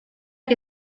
que